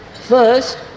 first